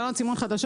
התנגדות